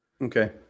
Okay